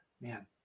man